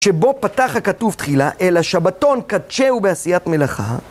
שבו פתח הכתוב תחילה, אלא שבתון קדשהו בעשיית מלאכה.